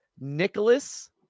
Nicholas